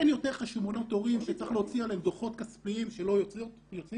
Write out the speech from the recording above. אין יותר חשבונות הורים שצריך להוציא עליהם דוחות כספיים שלא יוצאים.